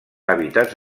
hàbitats